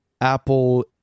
Apple